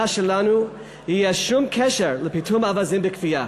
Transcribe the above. שלנו יהיה כל קשר לפיטום אווזים בכפייה.